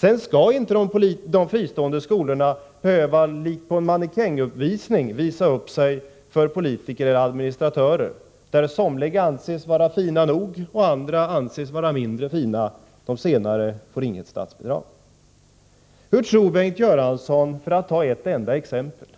Därutöver skall de fristående skolorna inte behöva visa upp sig, liksom på en mannekänguppvisning, för politiker och administratörer, varvid somliga skall anses vara fina nog, andra anses vara mindre fina och bli utan statsbidrag. Hur tror Bengt Göransson, för att ta ett enda exempel,